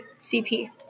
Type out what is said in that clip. CP